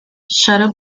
shuttle